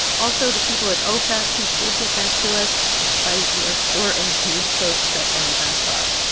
also the people at ofac who did get back to us despite, we are sure, a huge post-shutdown backlog